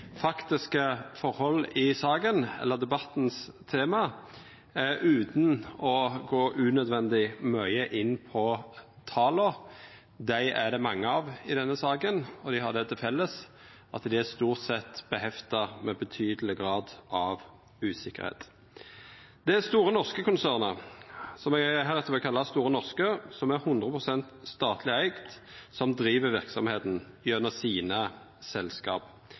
faktiske forholda i saka – eller temaet for debatten – utan å gå unødvendig mykje inn på tala. Dei er det mange av i denne saka, og dei har det til felles at dei stort sett er forbundne med betydeleg grad av usikkerheit. Det er Store Norske-konsernet, som eg heretter vil kalla Store Norske – som er 100 pst. statleg eigd – som driv verksemda gjennom